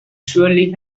surely